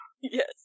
Yes